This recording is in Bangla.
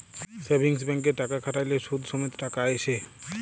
সেভিংস ব্যাংকে টাকা খ্যাট্যাইলে সুদ সমেত টাকা আইসে